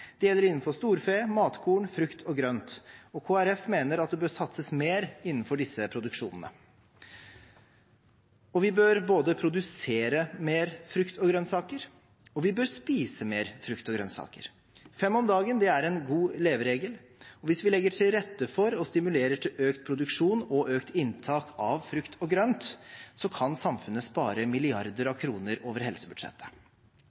Det gjelder innenfor storfe, matkorn, frukt og grønt, og Kristelig Folkeparti mener at det bør satses mer innenfor disse produksjonene. Vi bør både produsere mer frukt og grønnsaker og spise mer frukt og grønnsaker. Fem om dagen er en god leveregel, og hvis vi legger til rette for og stimulerer til økt produksjon og økt inntak av frukt og grønt, kan samfunnet spare milliarder